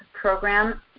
program